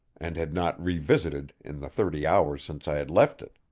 and had not revisited in the thirty hours since i had left it.